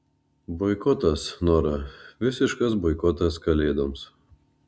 boikotas nora visiškas boikotas kalėdoms